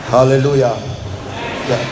Hallelujah